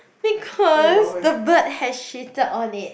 because the bird has shitted on it